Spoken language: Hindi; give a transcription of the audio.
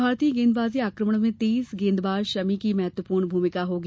भारतीय गेंदबाजी आक्रमण में तेज गेंदबाज शमी की महत्वपूर्ण भूमिका होगी